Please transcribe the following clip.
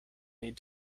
need